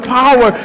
power